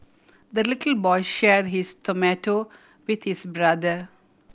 the little boy shared his tomato with his brother